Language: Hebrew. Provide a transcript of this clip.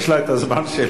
יש לה את הזמן שלה.